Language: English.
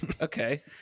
Okay